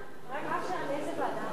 לאיזו ועדה?